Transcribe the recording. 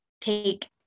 take